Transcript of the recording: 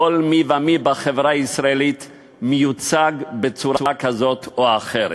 כל מי ומי בחברה הישראלית מיוצג בצורה כזאת או אחרת.